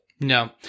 No